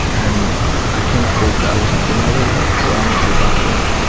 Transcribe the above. and i kinda faked that i wasn't feeling very well. so i went to the bathroom.